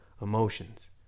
emotions